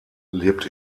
lebt